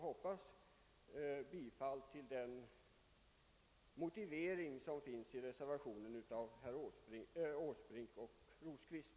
Beträffande motiveringen yrkar jag bifall till reservationen 1 av fröken Åsbrink och herr Rosqvist.